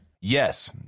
Yes